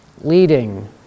leading